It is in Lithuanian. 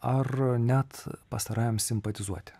ar net pastarajam simpatizuoti